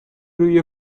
روی